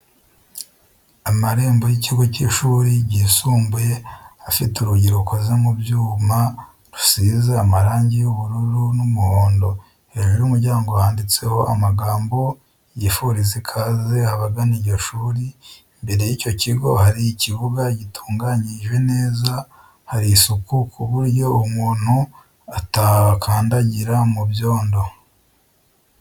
Amarembo y'ikigo cy'ishuri ryisumbuye afite urugi rukoze mu byuma rusize marangi y'ubururu n'umuhondo, hejuru y'umuryango handitseho amagambo yifuriza ikaze abagana iryo shuri, imbere y'icyo kigo hari ikibuga gitunganyije neza hari isuku ku buryo umuntu atakandagira mu byondo.